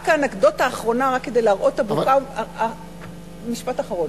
רק אנקדוטה אחרונה, משפט אחרון,